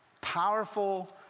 powerful